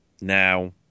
now